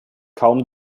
kaum